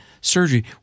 surgery